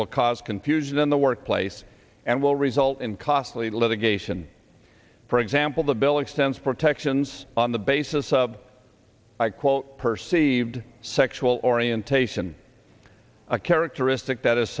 will cause confusion in the workplace and will result in costly litigation for example the bill extends protections on the basis of i quote perceived sexual orientation a characteristic that is